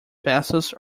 passes